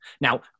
Now